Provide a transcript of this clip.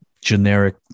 Generic